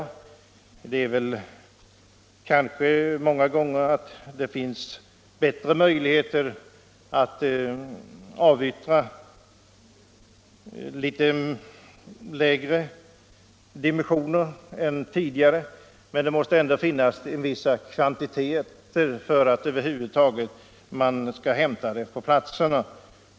Ja, det finns kanske nu bättre möjligheter än tidigare att avyttra klenare dimensioner, men det måste ändå finnas vissa kvantiteter för att det över huvud taget skall vara lönsamt att hämta på avverkningsplatserna.